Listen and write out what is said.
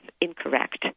incorrect